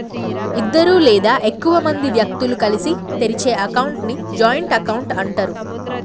ఇద్దరు లేదా ఎక్కువ మంది వ్యక్తులు కలిసి తెరిచే అకౌంట్ ని జాయింట్ అకౌంట్ అంటరు